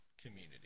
community